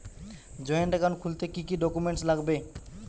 Joint account খুলতে কি কি ডকুমেন্টস লাগবে?